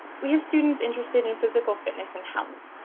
we have students interested in physical fitness and health.